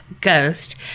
ghost